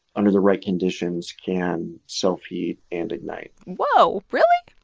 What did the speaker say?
under the right conditions, can self-heat and ignite whoa. really?